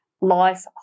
life